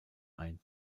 ein